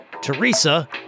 Teresa